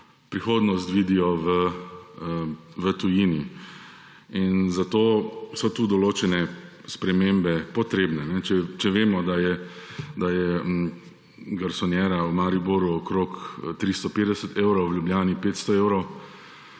prihodnost vidijo v tujini. Zato so tu določene spremembe potrebne, če vemo, da je garsonjera v Mariboru okoli 350 evrov, v Ljubljani 500 evrov,